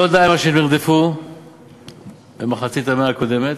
לא די מה שהם נרדפו בשנות המאה הקודמת,